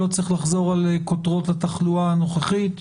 לא צריך לחזור על כותרות התחלואה הנוכחית.